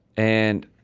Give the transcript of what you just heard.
and,